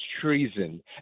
treason